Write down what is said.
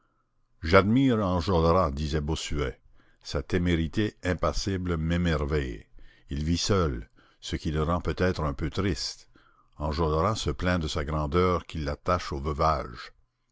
j'admire enjolras disait bossuet sa témérité impassible m'émerveille il vit seul ce qui le rend peut-être un peu triste enjolras se plaint de sa grandeur qui l'attache au veuvage